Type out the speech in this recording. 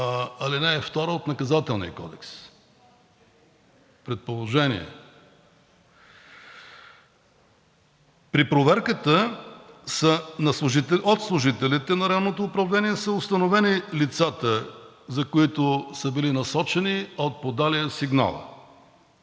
ал. 2 от Наказателния кодекс. Предположение! При проверката от служителите на Районното управление са установени лицата, за които са били насочени, от подалия сигнала